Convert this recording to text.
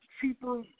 cheaper